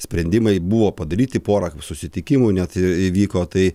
sprendimai buvo padaryti porą susitikimų net įvyko tai